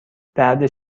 درد